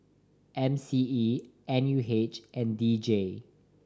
M C E N U H and D J